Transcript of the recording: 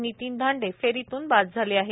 नितीन धांडे फेरीत्न बाद झाले आहेत